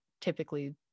typically